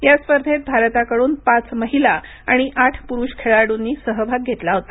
या स्पर्धेत भारताकडून पाच महिला आणि आठ पुरुष खेळाडूंनी सहभाग घेतला होता